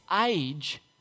age